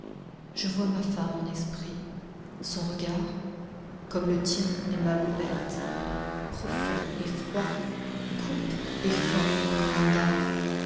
je vois ma femme en esprit son regard comme le tien aimable bête profond et froid coupe et fend comme un dard